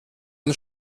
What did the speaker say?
ein